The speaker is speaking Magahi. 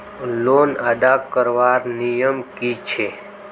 लोन अदा करवार नियम की छे?